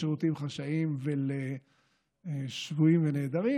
לשירותים חשאיים ולשבויים ונעדרים,